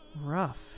rough